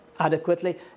adequately